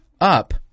up